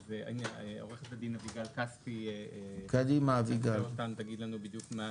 עו"ד אביגל כספי תנחה אותנו ותגיד לנו בדיוק מה